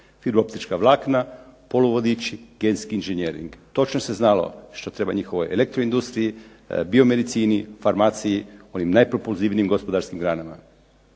Billoptička vlakna, poluvodiči, genski inženjering. Točno se znalo što treba njihovoj elektroindustriji, biomedicini, farmaciji, onim najpropulzivnijim gospodarskim granama.